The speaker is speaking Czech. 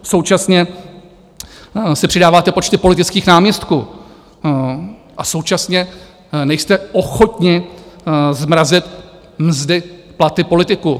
Současně si přidáváte počty politických náměstků a současně nejste ochotni zmrazit mzdy, platy politiků.